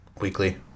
weekly